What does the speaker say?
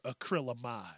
acrylamide